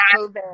COVID